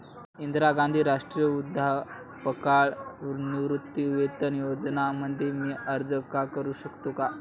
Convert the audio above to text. इंदिरा गांधी राष्ट्रीय वृद्धापकाळ निवृत्तीवेतन योजना मध्ये मी अर्ज का करू शकतो का?